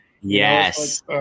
Yes